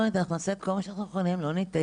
אנחנו נעשה את כל מה שאנחנו יכולים ואנחנו לא ניתן,